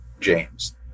James